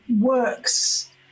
works